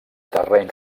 terreny